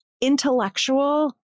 intellectual